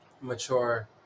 mature